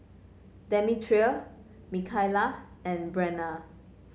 Demetria Mikaila and Brenna